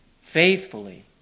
faithfully